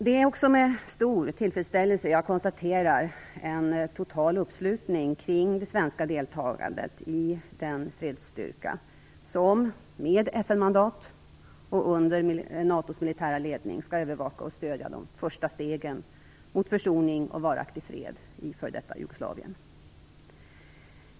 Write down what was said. Det är också med stor tillfredsställelse jag konstaterar en total uppslutning kring Sveriges deltagande i den fredsstyrka som med FN-mandat och under NATO:s militära ledning skall övervaka och stödja de första stegen mot försoning och varaktig fred i f.d.